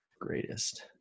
Greatest